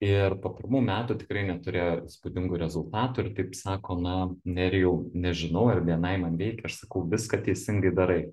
ir po pirmų metų tikrai neturėjo įspūdingų rezultatų ir taip sako na nerijau nežinau ar bni man veikia aš sakau viską teisingai darai